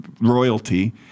royalty